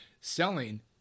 selling